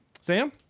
Sam